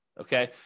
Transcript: Okay